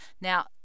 now